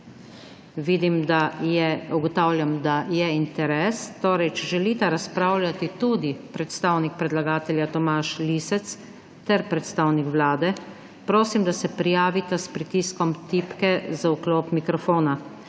Ugotavljam, da je interes. Če želita razpravljati tudi predstavnik predlagatelja gospod Hoivik ter predstavnik vlade gospod Božič, prosim, da se prijavila s pritiskom tipke za vklop mikrofona.